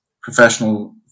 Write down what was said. professional